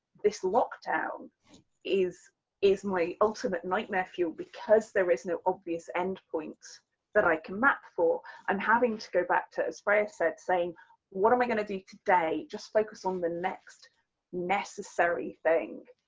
this lockdown is is my ultimate nightmare fuel because there is no obvious end points that i can map for. and having to go back to, as freya said, what am i going to do today just focus on the next necessary thing,